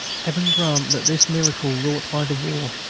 heaven grant that this miracle, wrought by the war,